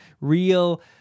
real